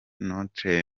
notre